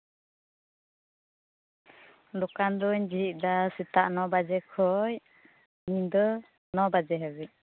ᱫᱚᱠᱟᱱ ᱫᱩᱧ ᱡᱷᱤᱡ ᱫᱟ ᱥᱮᱛᱟᱜ ᱱᱚ ᱵᱟᱡᱮ ᱠᱷᱚᱡ ᱧᱤᱫᱟᱹ ᱱᱚ ᱵᱟᱡᱮ ᱦᱟᱹᱵᱤᱡ